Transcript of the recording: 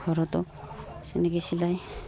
ঘৰতো এনেকৈ চিলাই